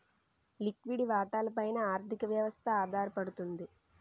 లిక్విడి వాటాల పైన ఆర్థిక వ్యవస్థ ఆధారపడుతుంది